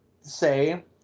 say